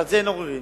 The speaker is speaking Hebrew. שעל זה אין עוררין.